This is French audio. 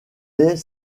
est